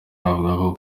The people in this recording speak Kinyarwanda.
avuga